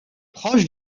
proches